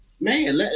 man